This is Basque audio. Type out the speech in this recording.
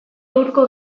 hurko